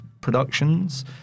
productions